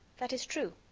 that is true,